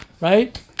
right